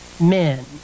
men